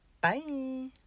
Bye